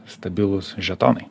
stabilūs žetonai